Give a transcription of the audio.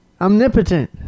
Omnipotent